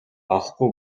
авахгүй